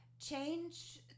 Change